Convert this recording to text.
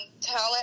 talent